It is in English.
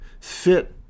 fit